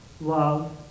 love